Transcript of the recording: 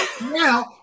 now